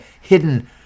hidden